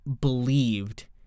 believed